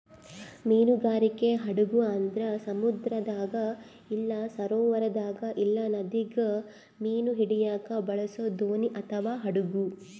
ಮೀನುಗಾರಿಕೆ ಹಡಗು ಅಂದ್ರ ಸಮುದ್ರದಾಗ ಇಲ್ಲ ಸರೋವರದಾಗ ಇಲ್ಲ ನದಿಗ ಮೀನು ಹಿಡಿಯಕ ಬಳಸೊ ದೋಣಿ ಅಥವಾ ಹಡಗು